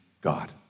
God